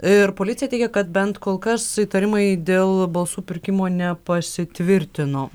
ir policija teigia kad bent kol kas įtarimai dėl balsų pirkimo nepasitvirtino